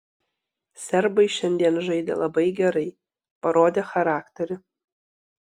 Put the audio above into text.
serbai šiandien žaidė labai gerai parodė charakterį